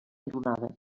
enrunada